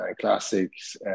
classics